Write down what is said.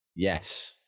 Yes